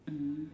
mm